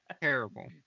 terrible